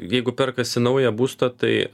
jeigu perkasi naują būstą tai